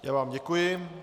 Já vám děkuji.